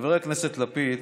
חבר הכנסת לפיד,